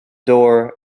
door